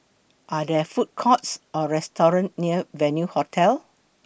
Are There Food Courts Or restaurants near Venue Hotel